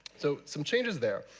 so some changes there,